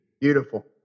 Beautiful